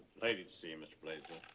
lady to see you, mr. blaisdell.